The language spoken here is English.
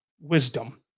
wisdom